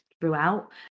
throughout